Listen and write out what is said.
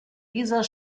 dieser